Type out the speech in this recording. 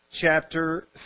chapter